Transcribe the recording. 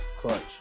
clutch